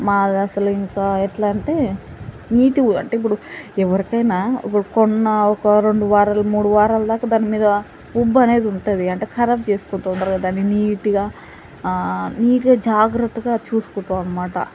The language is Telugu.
మాదసల ఇంక ఎట్లా అంటే నీట్ అంటే ఇప్పుడు ఎవ్వరికైనా ఇప్పుడు కొన్న ఒక రెండు వారాలు మూడు వారాలు దాకా దాని మీద ఉబ్బు అనేది ఉంటుంది అంటే ఖరాబ్ చేసుకోము తొందరగా దాన్ని నీట్గా నీట్గా జాగ్రత్తగా చూసుకుంటాము అన్నమాట